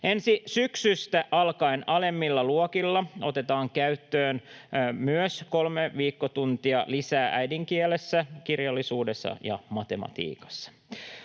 Ensi syksystä alkaen alemmilla luokilla otetaan käyttöön myös kolme viikkotuntia lisää äidinkielessä, kirjallisuudessa ja matematiikassa.